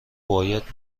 باید